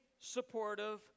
supportive